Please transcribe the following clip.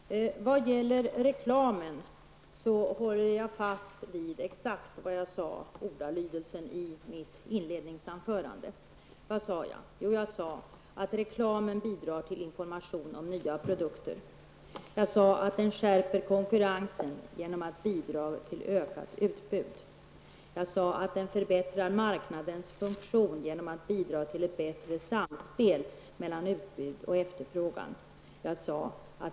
Herr talman! Vad gäller reklamen håller jag fast vid exakt den ordalydelse jag hade i mitt inledningsanförande. Jag sade att reklamen bidrar med information om nya produkter och att den skärper konkurrensen genom att bidra till ett ökat utbud. Den förbättrar marknadens funktion genom att bidra till ett bättre samspel mellan utbud och efterfrågan.